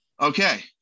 Okay